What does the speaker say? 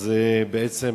אז בעצם